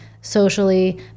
Socially